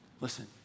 Listen